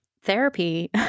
therapy